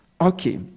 Okay